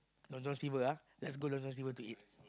Long-John-Silver ah let's go to Long-John-Silver to eat